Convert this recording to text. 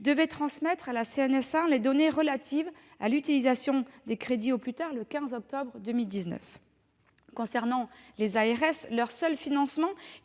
devaient transmettre à la CNSA les données relatives à l'utilisation des crédits au plus tard le 15 octobre 2019. Concernant les ARS (agences